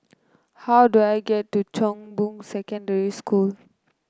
how do I get to Chong Boon Secondary School